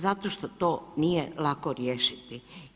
Zato što to nije lako riješiti.